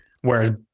Whereas